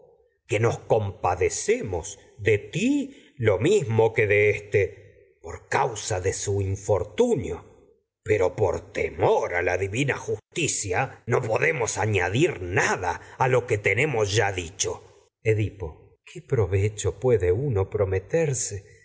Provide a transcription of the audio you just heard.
que nos causa compadecemos su mismo de éste por de infortunio pero nada por a temor a la divina justicia no podemos añadir que lo tenemos ya dicho edipo qué provecho puede uno prometerse